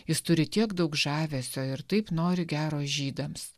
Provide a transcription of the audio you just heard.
jis turi tiek daug žavesio ir taip nori gero žydams